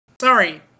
Sorry